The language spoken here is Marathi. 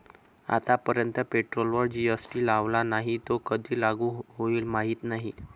आतापर्यंत पेट्रोलवर जी.एस.टी लावला नाही, तो कधी लागू होईल माहीत नाही